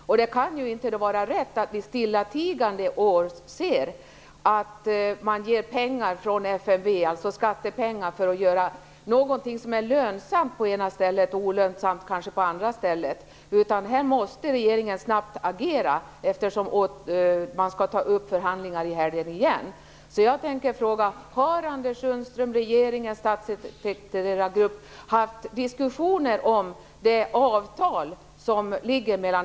Det kan inte vara rätt att stillatigande åse att man ger pengar från FMV, dvs. skattepengar, för att göra någonting som är lönsamt på ena stället men kanske olönsamt på det andra. Här måste regeringen snabbt agera, eftersom man skall ta upp förhandlingar i helgen igen.